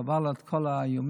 חבל על כל האיומים,